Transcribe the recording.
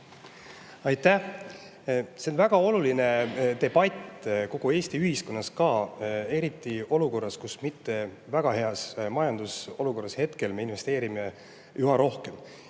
Aitäh! See on väga oluline debatt kogu Eesti ühiskonnas ka, eriti olukorras, kus mitte väga heas majandusolukorras me investeerime üha rohkem.